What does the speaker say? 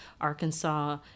Arkansas